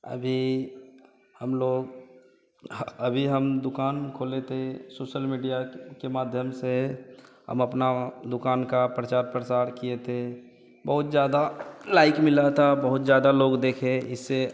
अभी हम लोग ह अभी हम दुकान खोले थे सोसल मीडिया के माध्यम से हम अपनी दुकान का प्रचार प्रसार किए थे बहुत ज़्यादा लाइक मिला था बहुत ज़्यादा लोग देखे इससे